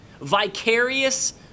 vicarious